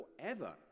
forever